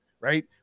right